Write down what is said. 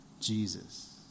Jesus